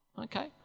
Okay